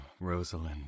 Rosalind